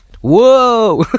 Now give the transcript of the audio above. whoa